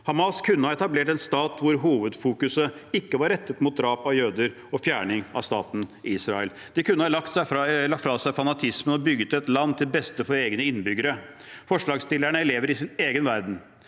Hamas kunne ha etablert en stat hvor hovedfokuset ikke var rettet mot drap av jøder og fjerning av staten Israel. De kunne ha lagt fra seg fanatisme og bygget et land til beste for egne innbyggere. Forslagsstillerne lever i sin egen verden.